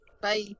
Bye